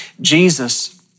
Jesus